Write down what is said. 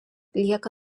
lieka